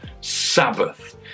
Sabbath